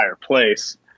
place